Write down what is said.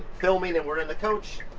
filming and we're in the coach,